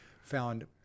found